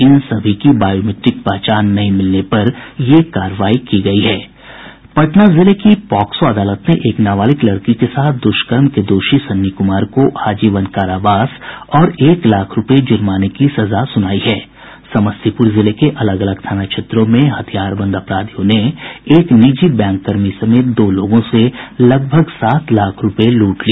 इन सभी की बायोमीट्रिक पहचान नहीं मिलने पर यह कार्रवाई की गयी है पटना जिले की पॉक्सो अदालत ने एक नाबालिग लड़की के साथ द्वष्कर्म के दोषी सन्नी कुमार को आजीवन कारावास और एक लाख रूपये जुर्माने की सजा सुनाई है समस्तीपुर जिले के अलग अलग थाना क्षेत्रों में हथियारबंद अपराधियों ने एक निजी बैंककर्मी समेत दो लोगों से लगभग सात लाख रुपये लूट लिए